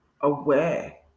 aware